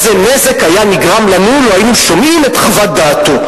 איזה נזק היה נגרם לנו לו שמענו את חוות דעתו?